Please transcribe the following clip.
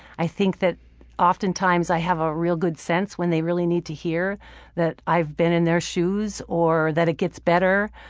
i think that often often times i have a real good sense when they really need to hear that i've been in their shoes, or that it gets better,